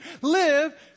live